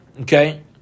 Okay